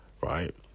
right